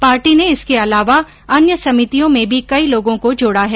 party ने इसके अलावा अन्य समितियों में भी कई लोगों को जोडा है